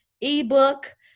ebook